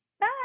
Bye